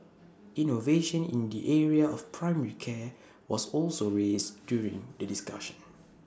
innovation in the area of primary care was also raised during the discussion